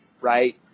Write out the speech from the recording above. right